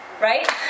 Right